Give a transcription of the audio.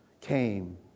came